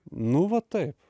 nu va taip